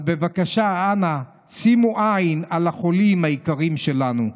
אז בבקשה, אנא, שימו עין על החולים היקרים שלנו.